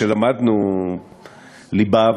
שלמדנו ליבה,